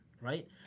right